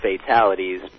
fatalities